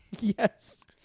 Yes